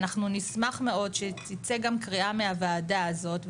ואנחנו נשמח מאוד שתצא גם קריאה מהוועדה הזאת,